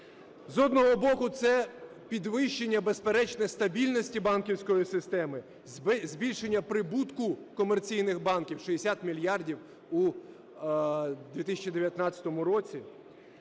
З одного боку, це підвищення, безперечно, стабільності банківської системи, збільшення прибутку комерційних банків - 60 мільярдів у 2019 році,